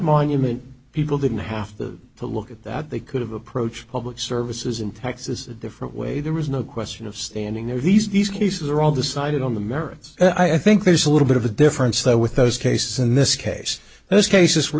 monument people didn't have to look at that they could have approached public services in texas a different way there was no question of standing there these these cases are all decided on the merits i think there's a little bit of a difference though with those cases in this case those cases were